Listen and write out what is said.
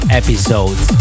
episodes